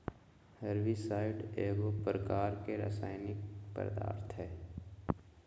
herbicide एगो प्रकार के रासायनिक पदार्थ हई